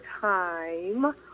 time